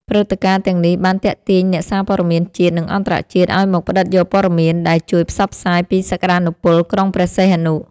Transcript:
ព្រឹត្តិការណ៍ទាំងនេះបានទាក់ទាញអ្នកសារព័ត៌មានជាតិ និងអន្តរជាតិឱ្យមកផ្ដិតយកពត៌មាន ដែលជួយផ្សព្វផ្សាយពីសក្ដានុពលក្រុងព្រះសីហនុ។